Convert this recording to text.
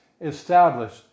established